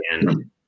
again